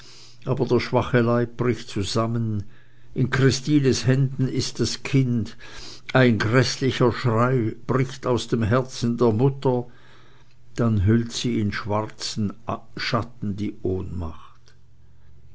aber der schwache leib bricht zusammen in christines händen ist das kind ein gräßlicher schrei bricht aus dem herzen der mutter dann hüllt sie in schwarzen schatten die ohnmacht